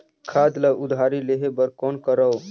खाद ल उधारी लेहे बर कौन करव?